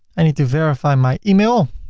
i need to verify my email.